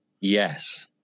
Yes